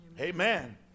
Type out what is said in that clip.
Amen